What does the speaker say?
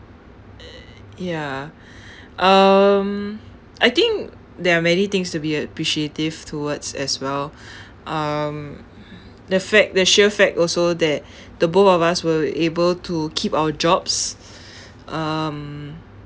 uh ya um I think there are many things to be appreciative towards as well um the fact the sheer fact also that the both of us were able to keep our jobs um